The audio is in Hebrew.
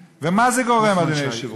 למה זה גורם, אדוני היושב-ראש?